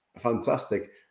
fantastic